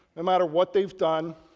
and matter what they've done,